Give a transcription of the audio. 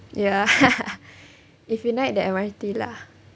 ya if you naik the M_R_T lah